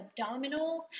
abdominals